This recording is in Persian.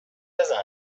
بزن